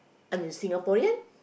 I'm a Singaporean